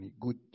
good